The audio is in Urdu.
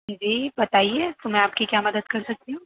جی بتائیے میں آپ کی کیا مدد کرسکتی ہوں